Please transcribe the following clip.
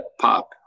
Pop